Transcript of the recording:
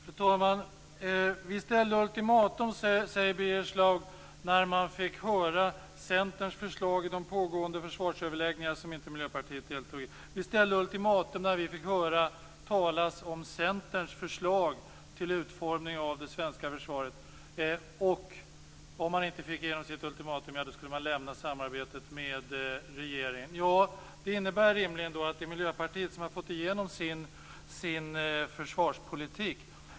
Fru talman! Miljöpartiet ställde ultimatum, säger Birger Schlaug, när man fick höra Centerns förslag i de försvarsöverläggningar som Miljöpartiet inte deltog i. Man ställde ultimatum när man fick höra talas om Centerns förslag till utformning av det svenska försvaret. Om man inte fick igenom sitt ultimatum skulle man lämna samarbetet med regeringen. Det innebär rimligen att det är Miljöpartiet som har fått igenom sin försvarspolitik.